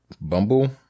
Bumble